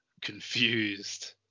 confused